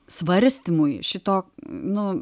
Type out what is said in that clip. svarstymui šito nu